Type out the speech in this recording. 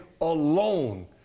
alone